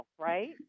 right